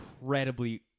incredibly